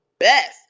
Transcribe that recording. Best